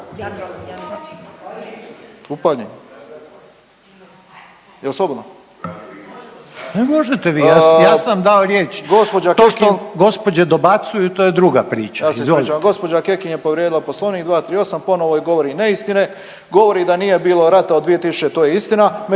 …/Upadica Reiner: Ma možete vi, ja sam vam dao riječ. To što gospođe dobacuju to je druga priča./… Ja se ispričavam. Gospođa Kekin je povrijedila Poslovnik 238. ponovo govori neistine. Govori da nije bilo rata od 2000. to je istina,